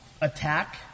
attack